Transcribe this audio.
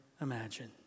imagine